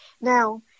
Now